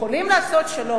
יכולים לעשות שלום,